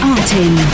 Artin